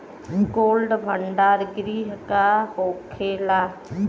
Cold भण्डार गृह का होखेला?